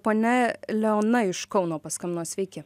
ponia leona iš kauno paskambino sveiki